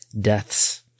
deaths